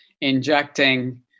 injecting